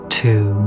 two